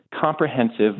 comprehensive